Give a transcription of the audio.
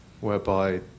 whereby